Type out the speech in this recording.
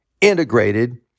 integrated